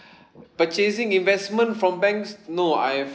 purchasing investment from banks no I have